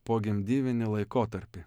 pogimdyvinį laikotarpį